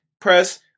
press